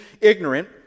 ignorant